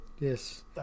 Yes